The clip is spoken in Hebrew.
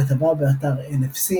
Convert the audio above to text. כתבה באתר NFC